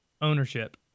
ownership